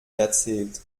erzählt